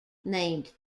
named